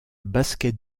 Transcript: basket